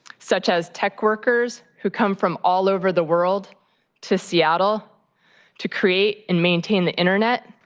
such as tech workers who come from all over the world to seattle to create and maintain the internet.